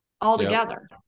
altogether